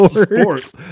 Sports